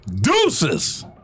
Deuces